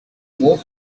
more